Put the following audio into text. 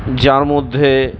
যার মধ্যে